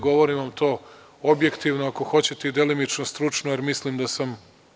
Govorim vam to objektivno, ako hoćete i delimično stručno jer mislim da samo